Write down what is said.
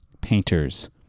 painters